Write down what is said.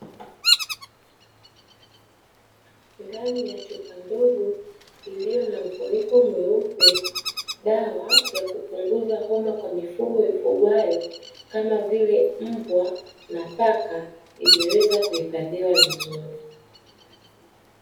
Ndani ya chupa ndogo iliyo na mfuniko mweupe, dawa ya kupunguza homa kwa mifugo ifugwayo kama vile mbwa na paka imeweza kuhifadhiwa vizuri.